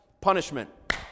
punishment